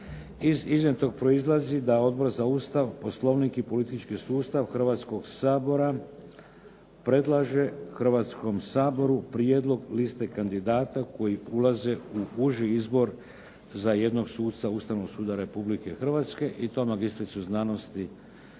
Iz iznijetog proizlazi da Odbor za Ustav, Poslovnik i politički sustav Hrvatskog sabora, predlaže Hrvatskom saboru prijedlog liste kandidata koji ulaze u uži izbor za jednog suca Ustavnog suda Republike Hrvatske i to magistricu znanosti Nevenku